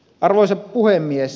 arvoisa puhemies